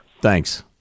Thanks